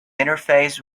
interface